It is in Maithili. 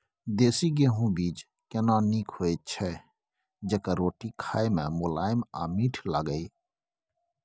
देसी गेहूँ बीज केना नीक होय छै जेकर रोटी खाय मे मुलायम आ मीठ लागय?